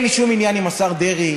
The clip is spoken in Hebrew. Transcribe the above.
אין לי שום עניין עם השר דרעי,